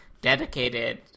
dedicated